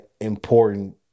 important